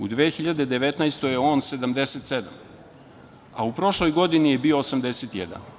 U 2019. godini on je 77, a u prošloj godini je bio 81.